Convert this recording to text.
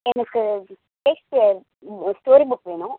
எனக்கு Shakespeare story book வேணும்